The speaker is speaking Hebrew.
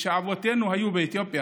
כשאבותינו היו באתיופיה